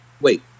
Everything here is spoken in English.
wait